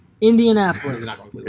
Indianapolis